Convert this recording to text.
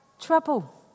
trouble